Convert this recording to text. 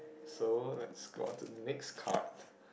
so let's go on to the next card